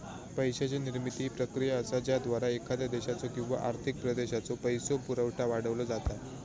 पैशाची निर्मिती ही प्रक्रिया असा ज्याद्वारा एखाद्या देशाचो किंवा आर्थिक प्रदेशाचो पैसो पुरवठा वाढवलो जाता